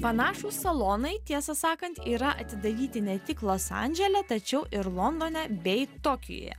panašūs salonai tiesą sakant yra atidaryti ne tik los andžele tačiau ir londone bei tokijuje